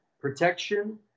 protection